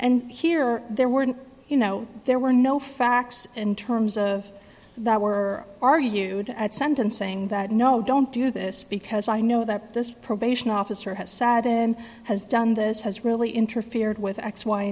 and here there were you know there were no facts in terms of that were are you at sentencing that no don't do this because i know that this probation officer has sat and has done this has really interfered with x y